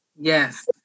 Yes